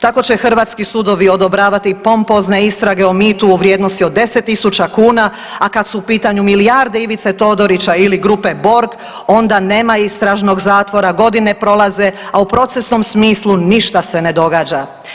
Tako će hrvatski sudovi odobravati pompozne istrage o mitu u vrijednosti od 10.000 kuna, a kad su u pitanju milijarde Ivice Todorića ili grupe Borg onda nema istražnog zatvora, godine prolaze, a u procesnom smislu ništa se ne događa.